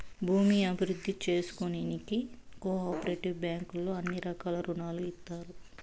భూమి అభివృద్ధి చేసుకోనీకి కో ఆపరేటివ్ బ్యాంకుల్లో అన్ని రకాల రుణాలు ఇత్తారు